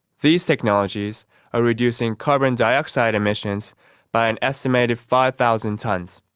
these technologies are reducing carbon dioxide emissions by an estimated five thousand tonnes.